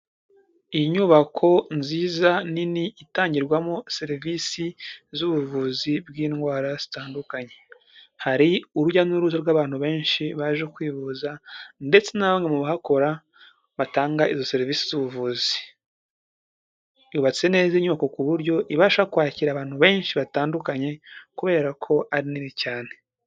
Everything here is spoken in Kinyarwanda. Iyi nyubako nziza nini itangirwamo serivisi z'ubuvuzi bw'indwara zitandukanye. Hari urujya n'uruza rw'abantu benshi baje kwivuza ndetse na bamwe mu bahakora batanga izo serivisi z'ubuvuzi. Yubatse neza iyi nyubako ku buryo ibasha kwakira abantu benshi batandukanye kubera ko ari nini cyane.